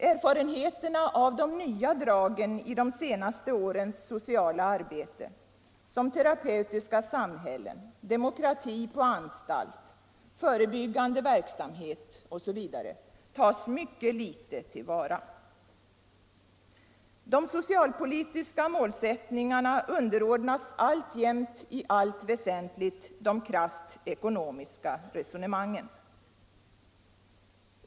Erfarenheterna av de nya dragen i de senaste årens sociala arbete, terapeutiska samhällen, demokrati på anstalt, förebyggande verksamhet osv. tas mycket litet till vara. De socialpolitiska målsättningarna underordnas alltjämt i allt väsentligt de krasst ekonomiska resonemangen.